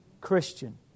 Christian